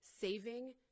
saving